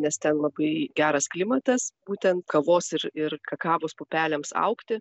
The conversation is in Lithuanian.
nes ten labai geras klimatas būtent kavos ir ir kakavos pupelėms augti